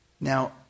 Now